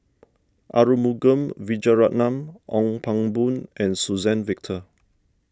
Arumugam Vijiaratnam Ong Pang Boon and Suzann Victor